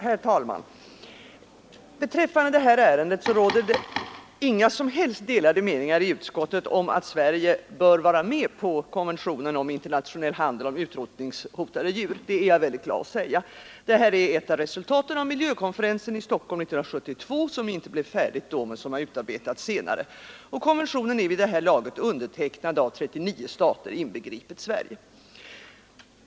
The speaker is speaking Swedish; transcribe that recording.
Herr talman! Det råder inga som helst delade meningar i utskottet om att Sverige bör vara med på konventionen om internationell handel med utrotningshotade djur. Det är jag glad att kunna säga. Det här är ett av resultaten av miljökonferensen i Stockholm 1972. Det blev inte färdigt då, men har utarbetats senare. Konventionen är vid det här laget undertecknad av 39 stater inbegripet Sverige.